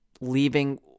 leaving